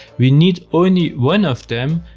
we need only one of them,